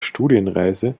studienreise